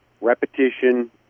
repetition